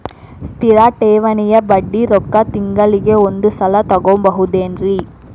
ಸ್ಥಿರ ಠೇವಣಿಯ ಬಡ್ಡಿ ರೊಕ್ಕ ತಿಂಗಳಿಗೆ ಒಂದು ಸಲ ತಗೊಬಹುದೆನ್ರಿ?